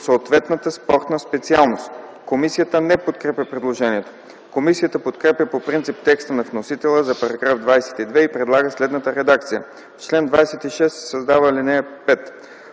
съответната спортна специалност”. Комисията не подкрепя предложението. Комисията подкрепя по принцип текста на вносителя за § 22 и предлага следната редакция: „§ 22. В чл.